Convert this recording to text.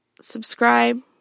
subscribe